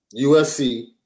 USC